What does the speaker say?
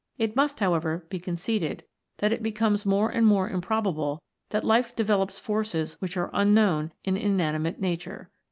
it must, however, be conceded that it becomes more and more improbable that life develops forces which are unknown in inanimate nature.